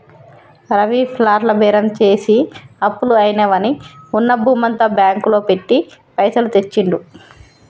రవి ప్లాట్ల బేరం చేసి అప్పులు అయినవని ఉన్న భూమంతా బ్యాంకు లో పెట్టి పైసలు తెచ్చిండు